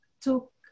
took